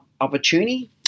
opportunity